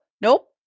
nope